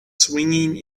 swinging